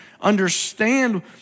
understand